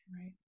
Right